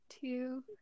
two